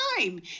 time